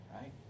right